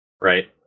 right